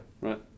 Right